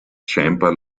scheinbar